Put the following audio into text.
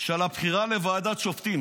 על הבחירה לוועדת שופטים.